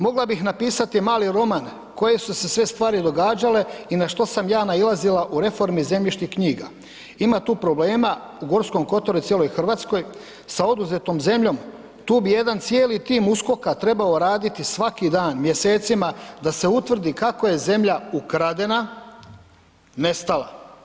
Mogla bih napisati mali roman koje su se sve stvari događale i na što sam ja nailazila u reformi zemljišnih knjiga, ima tu problema u Gorskom kotaru i cijeloj Hrvatskoj sa oduzetom zemljom, tu bi jedan cijeli tim USKOK-a trebao raditi svaki dan mjesecima da se utvrdi kako je zemlja ukradena, nestala.